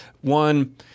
One